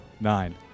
nine